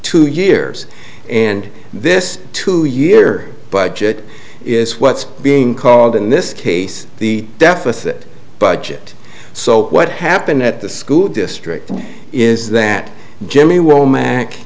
two years and this two year budget is what's being called in this case the deficit budget so what happened at the school district is that jimmy